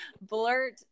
blurt